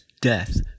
death